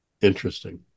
Interesting